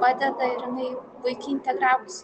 padeda ir jinai puikiai integravosi